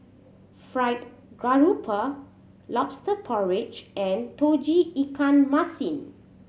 fried grouper Lobster Porridge and Tauge Ikan Masin